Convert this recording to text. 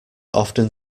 often